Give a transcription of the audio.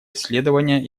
исследования